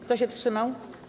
Kto się wstrzymał?